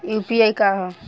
UPI का ह?